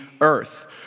Earth